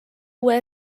uue